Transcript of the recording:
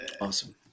Awesome